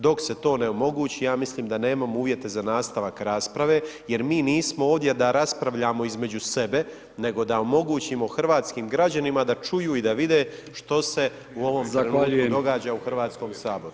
Dok se to ne omogući, ja mislim da nemam uvjeta za nastavak rasprave, jer mi nismo ovdje da raspravljamo između sebe, nego da omogućimo hrvatskim građanima, da čuju i da vide, što se u ovom trenutku događa u Hrvatskom saboru.